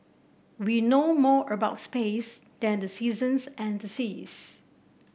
we know more about space than the seasons and the seas